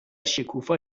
شکوفا